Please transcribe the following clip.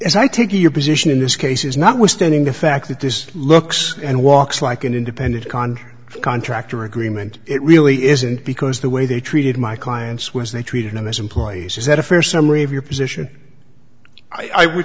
it your position in this case is not withstanding the fact that this looks and walks like an independent contractor contractor agreement it really isn't because the way they treated my clients was they treated them as employees is that a fair summary of your position i would